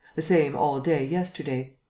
the same all day yesterday.